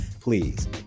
please